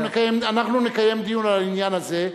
אנחנו נקיים דיון על העניין הזה,